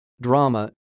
drama